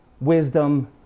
wisdom